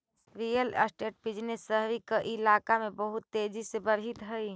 real estate business शहरी कइलाका में बहुत तेजी से बढ़ित हई